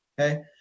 okay